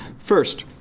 first,